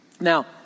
Now